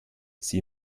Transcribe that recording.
sie